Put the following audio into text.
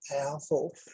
powerful